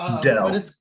Dell